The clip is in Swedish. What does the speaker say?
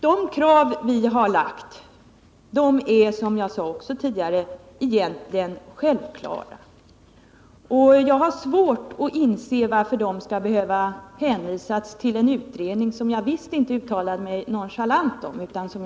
De krav som vi har ställt är, vilket jag också sade tidigare, egentligen självklara. Och jag har svårt att inse varför de skall behöva hänvisas till en utredning — som jag visst inte uttalade mig nonchalant om.